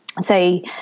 say